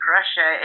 Russia